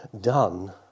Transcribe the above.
done